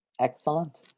Excellent